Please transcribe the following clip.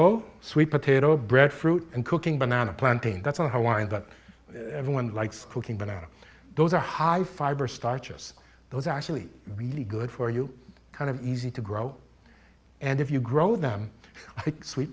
carlow sweet potato bread fruit and cooking banana planting that's on her mind but everyone likes cooking banana those are high fiber starches those are actually really good for you kind of easy to grow and if you grow them sweet